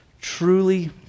truly